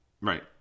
Right